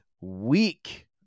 week